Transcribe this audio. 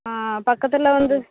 ஆ பக்கத்தில் வந்து